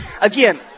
again